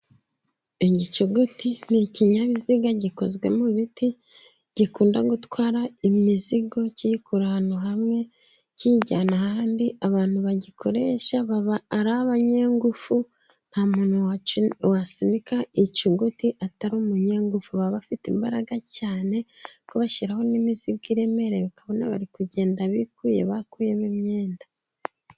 Igicuguti ni ikinyabiziga gikozwe mu biti gikunda gutwara imizigo kiyikura ahantu hamwe kiyijyana ahandi. Abantu bagikoresha baba ari abanyegufu nta muntu wasunika igicuguti atari umunyangufu, baba bafite imbaraga cyane kuko bashyiraho n'imizigo iremerewe , ukabona bari kugenda bikuye bakuyemo imyenda.